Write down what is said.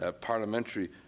parliamentary